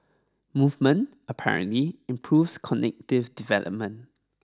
movement apparently improves cognitive development